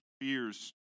fears